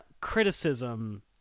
criticism